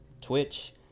Twitch